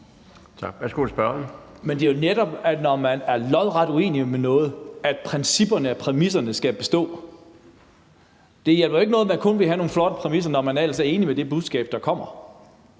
Det er jo netop, når man er lodret uenige om noget, at principperne og præmisserne skal bestå. Det hjælper ikke noget, man kun har nogle flotte principper, når man er enig i det budskab, der kommer.